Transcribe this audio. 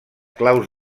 claus